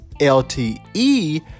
lte